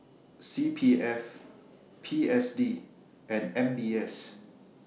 C P F P S D and M B S